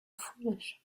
foolish